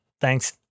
Thanks